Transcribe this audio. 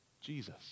Jesus